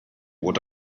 what